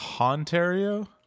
Ontario